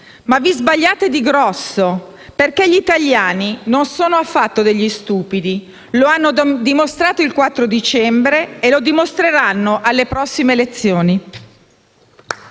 Ma vi sbagliate di grosso, perché gli italiani non sono affatto degli stupidi: lo hanno dimostrato il 4 dicembre scorso e lo dimostreranno alle prossime elezioni